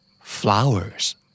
Flowers